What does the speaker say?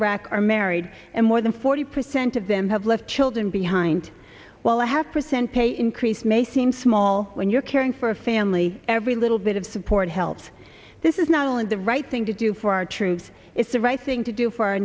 iraq are married and more than forty percent of them have left children behind while a half percent pay increase may seem small when you're caring for a family every little bit of support helps this is not only the right thing to do for our troops it's the right thing to do for our